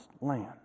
land